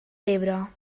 llebre